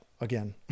again